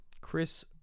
Chris